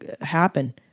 happen